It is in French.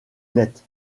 nette